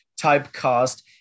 typecast